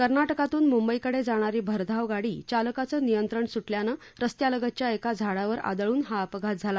कर्नाटकातून मुंबईकडे जाणारी भरधाव गाडी चालकाचं नियंत्रण सुटल्यानं रस्त्यालगतच्या एका झाडावर आदळून हा अपघात झाला